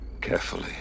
Carefully